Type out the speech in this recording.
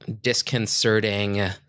disconcerting